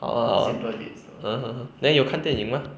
好 ah 好 ah uh uh uh then 有看电影 mah